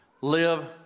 live